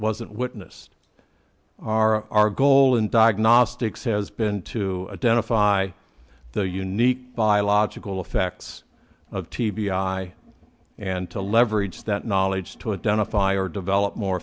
wasn't witnessed our our goal in diagnostics has been to identify the unique biological effects of t v i and to leverage that knowledge to identify or develop more